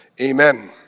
Amen